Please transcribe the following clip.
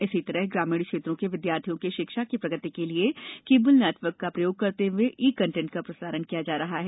इसी तरह ग्रामीण क्षेत्रों के विद्यार्थियों की शिक्षा की प्रगति के लिये केबल नेटवर्क का प्रयोग करते हुये ई कन्टेंट का प्रसारण किया जा रहा है